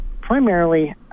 primarily